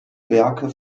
werke